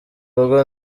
rugo